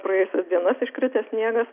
praėjusias dienas iškritęs sniegas